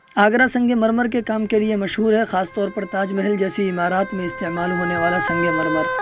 آگرہ سنگ مرمر کے کام کے لیے مشہور ہے خاص طور پر تاج محل جیسی عمارات میں استعمال ہونے والا سنگ مرمر